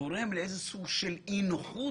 גורם לאיזה סוג של אי נוחות,